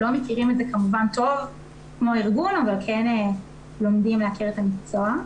לא מכירים את זה כמובן טוב כמו הארגון אבל כן לומדים להכיר את המקצוע.